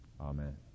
Amen